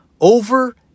over